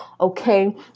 okay